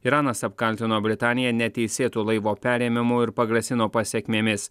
iranas apkaltino britaniją neteisėtu laivo perėmimu ir pagrasino pasekmėmis